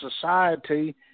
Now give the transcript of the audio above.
society